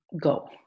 go